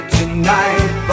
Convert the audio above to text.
tonight